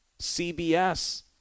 CBS